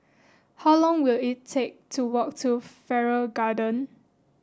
how long will it take to walk to Farrer Garden